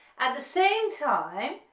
at the same time,